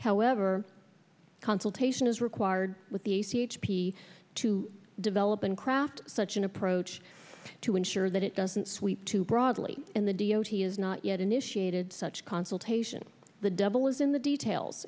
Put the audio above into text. however consultation is required with the c h p to develop and craft such an approach to ensure that it doesn't sweep too broadly in the d o t is not yet initiated such consultation the devil is in the details